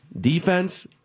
defense